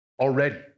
already